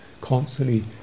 constantly